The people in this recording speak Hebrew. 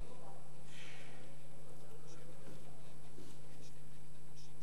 גברתי היושבת-ראש,